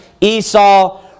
Esau